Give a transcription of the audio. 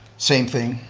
same thing,